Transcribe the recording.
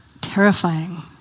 terrifying